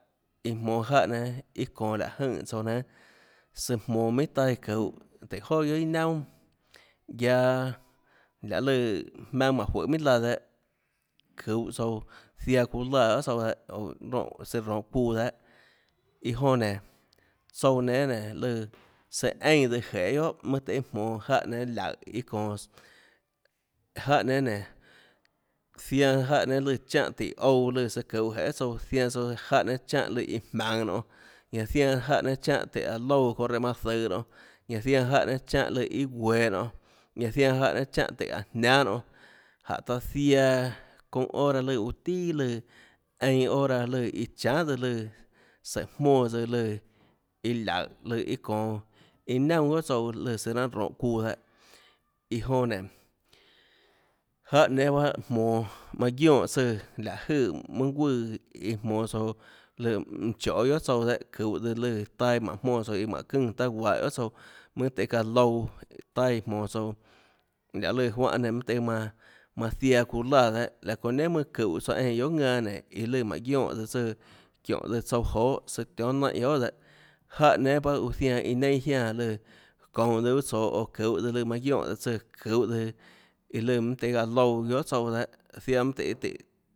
Iã jmonå jáhã nénâ iâ çonå láhå jønè tsouã nénâ søã jmonå minhà taâ iã çuhå tùhå joà guiohà iã naunà guiaâ laê lùã jmaønâ mánhå juøê minhà laã dehâ çuhå tsouã ziaã çuuã láã guiohà tsouã oå søã rohå çuuã dehâ iã jonã nénå tsouã nénâ nénå søã eínã tsøã jeê guiohà tøhê jmonå jáhã nénâ laùhå iâ çonås jáhã nénâ nénå zianãs jáhã nénâ lùã chánhã tíhå ouã lùã søã çuhå jeê guiohà tsouã zianã jáhã nénâ chánhã lùã iå jmaønå nonê ñanã zianã jáhã nùnâ chánhã tùhå aå loúã çounã reã manã zøå noinê ñanã zianã jáhã nénâ chánhã lùã iâ gueå nonê ñanã zianã jáhã nénâ chánhå tùhå aå jniánâ nonê jánhå taã ziaã çounã hora lùã guã tíã lùã einã hora løã chanà tsøã lùã sùhå jmónã tsøã lùã iã laùhå lùã çonå iâ naunà guiohà tsouã lùã søã raâ tonhå çuuã dehâ iã jon nénå jáhã nénâ bahâ jmonå manè guionè tsùã láhå jøè mønâ guùã iã jmonå tsouã lùã mønã choê guiohà tsouã dehâ çuhå tsøã lùã taâ iã mánhå jmónã tsouã iã mánhå çùnã taâ guahå guiohà tsouã tøhê çaã louã taâ iã jmonå tsouã lahê lùã juánhã nenã mønâ tøhê manã manã ziaã çuuã láã dehâ çounã nenhà mønâ çúhå tsouã einã guiohà ðanã nénã iã lùã mánhå guionè tsùã ðanã çiónhå tsouã johâå søã tionhâ jnaínhã guiohà dehâ jáhã nénâ bahâ uã zianã iã nein jiánã lùã çounå tsøã uâ tsoå oå çuhå tsøã lùã manã guionè tsùã çuhå tsøã iã lùã mønâ tøhê aã louã guiohà tsouã dehâ ziaã mønâ tøê tùh